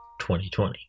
2020